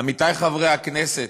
עמיתי חברי הכנסת,